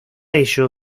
ello